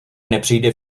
nepřijde